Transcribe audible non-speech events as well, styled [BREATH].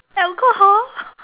alcohol [BREATH]